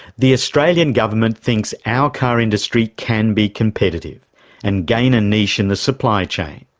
the australian government thinks our car industry can be competitive and gain a niche in the supply chain.